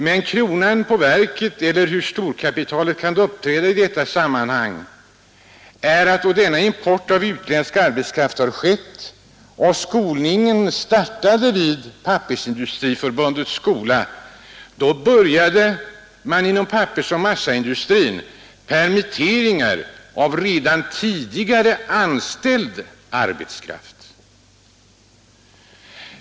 Men kronan på verket, det vill säga hur storkapitalet kan uppträda i sådana här sammanhang är, att när denna import av utländsk arbetskraft hade skett och skolningen hade startat vid Pappersindustriförbundets skola, då började man inom pappersoch massaindustrin permittera redan tidigare anställd arbetskraft.